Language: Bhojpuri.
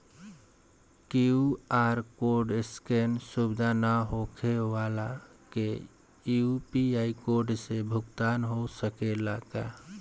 क्यू.आर कोड स्केन सुविधा ना होखे वाला के यू.पी.आई कोड से भुगतान हो सकेला का?